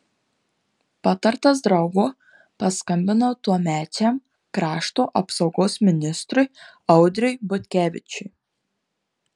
patartas draugo paskambinau tuomečiam krašto apsaugos ministrui audriui butkevičiui